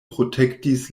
protektis